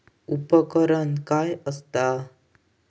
उपकरण काय असता?